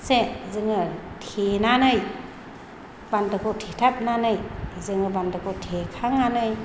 जोङो थेनानै बान्दोखौ थेथाबनानै जोङो बान्दोखौ थेखांनानै